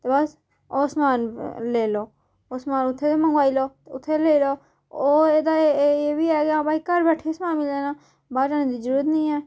ते बस ओह् समान लेई लैओ ओह् समान उत्थें मगंवाई लैओ ते उत्थें लेई लैओ होर एह्दा एह् बी ऐ कि हां भई घर बैठे समान मिली जाना बाह्र जाने दी जरूरत नी ऐ